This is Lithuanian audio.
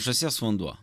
žąsies vanduo